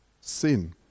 sin